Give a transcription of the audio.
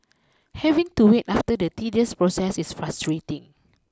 having to wait after the tedious process is frustrating